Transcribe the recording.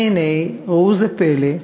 והנה, ראו זה פלא,